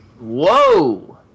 Whoa